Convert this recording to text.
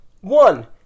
one